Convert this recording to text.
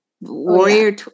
Warrior